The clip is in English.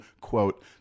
quote